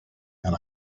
and